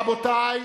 רבותי,